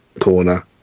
corner